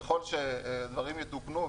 ככל שהדברים יתוקנו,